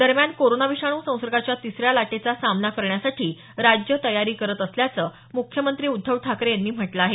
दरम्यान कोरोना विषाणू संसर्गाच्या तिसऱ्या लाटेचा सामना करण्यासाठी राज्य तयारी करत असल्याचं मुख्यमंत्री उद्धव ठाकरे यांनी म्हटलं आहे